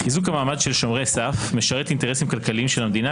חיזוק המעמד של שומרי סף משרת אינטרסים כלכליים של המדינה,